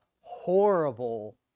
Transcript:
horrible